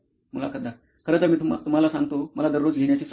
मुलाखतदार खरतर मी तुम्हाला सांगतो मला दररोज लिहण्याची सवय आहे